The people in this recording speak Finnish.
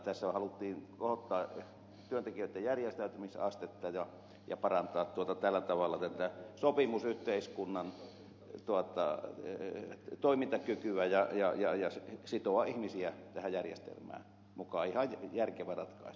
asialla haluttiin korottaa työntekijöitten järjestäytymisastetta ja parantaa tällä tavalla sopimusyhteiskunnan toimintakykyä ja sitoa ihmisiä tähän järjestelmään mukaan ihan järkevä ratkaisu